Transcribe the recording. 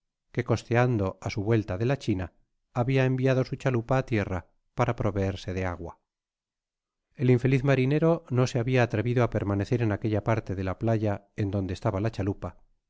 que cos teando á su vuelta de la china habia enviado su chalupa á tierra para proveerse de agua el infeliz marinero no se habia atrevido á permanecer en aquella parte de la playa en donde estaba la chalupa